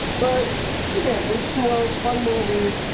but again, h two o fun movie